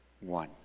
one